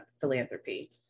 philanthropy